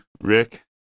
Rick